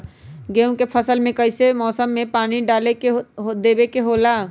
गेहूं के फसल में कइसन मौसम में पानी डालें देबे के होला?